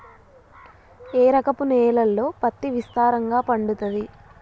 ఏ రకపు నేలల్లో పత్తి విస్తారంగా పండుతది?